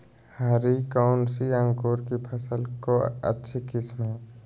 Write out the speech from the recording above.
हरी कौन सी अंकुर की फसल के अच्छी किस्म है?